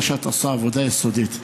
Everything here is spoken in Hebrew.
אני יודע שאת עושה עבודה יסודית.